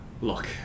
look